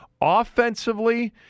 Offensively